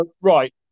right